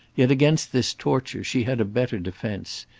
yet against this torture, she had a better defence.